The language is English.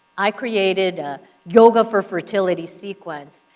i created a yoga for fertility sequence,